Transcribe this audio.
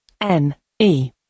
N-E